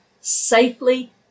safely